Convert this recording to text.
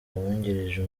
uwungirije